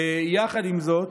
יחד עם זאת,